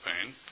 pain